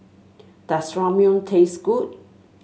does Ramyeon taste good